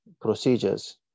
procedures